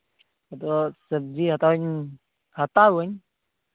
ᱟᱫᱚ ᱥᱚᱵᱽᱡᱤ ᱦᱟᱛᱟᱣᱤᱧ ᱦᱟᱛᱟᱣᱟᱹᱧ